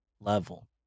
level